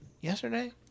yesterday